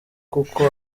kuko